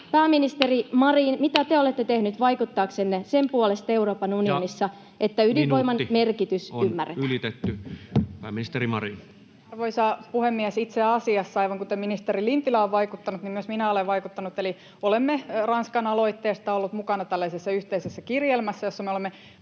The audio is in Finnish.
Pääministeri Marin, mitä te olette tehnyt vaikuttaaksenne Euroopan unionissa sen puolesta, [Puhemies: Ja minuutti on ylitetty!] että ydinvoiman merkitys ymmärretään? Pääministeri Marin. Arvoisa puhemies! Itse asiassa, aivan kuten ministeri Lintilä on vaikuttanut, myös minä olen vaikuttanut, eli olemme Ranskan aloitteesta olleet mukana tällaisessa yhteisessä kirjelmässä, jossa me olemme